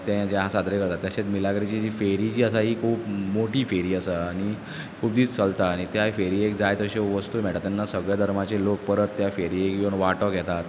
तें जें आसा सद्री करतात तशींच मिलाग्रिची फेरी जी आसा हीं खूब मोटी फेरी आसा आनी खूब दीस चलता आनी त्याय फेरयेक जाय तश्यो वस्तू मेयटात तेन्ना सगळें धर्माचे लोक परत त्या फेरयेक योवन वांटो घेतात